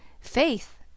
Faith